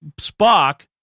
Spock